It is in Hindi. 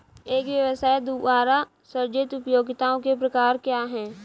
एक व्यवसाय द्वारा सृजित उपयोगिताओं के प्रकार क्या हैं?